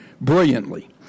brilliantly